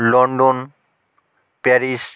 London Paris